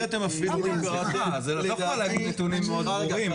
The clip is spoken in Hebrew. את לא יכולה להגיד נתונים מאד ברורים,